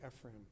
Ephraim